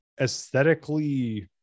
aesthetically